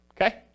okay